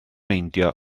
meindio